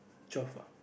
twelve ah